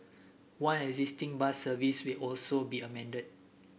one existing bus service will also be amended